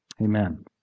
Amen